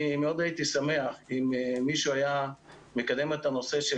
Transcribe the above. אני מאוד הייתי שמח אם מישהו היה מקדם את הנושא של